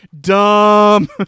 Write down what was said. dumb